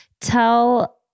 tell